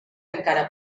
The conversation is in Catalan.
encara